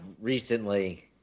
recently